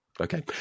Okay